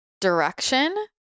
direction